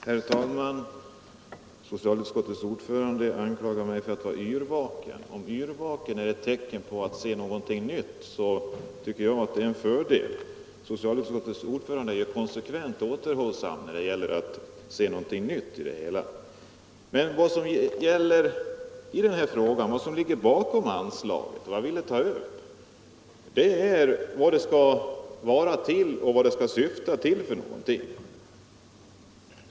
Herr talman! Socialutskotters ordförande anklagar mig för att vara yrvaken. Om den omständigheten att man är yrvaken betyder att man ser någonting nytt, så tycker jag att det är en fördel att vara yrvaken. Socialutskottets ordförande är konsekvent återhållsam när det gäller att se någonting nytt i sammanhanget. Vad jag ville ta upp var vad anslaget skall syfta till.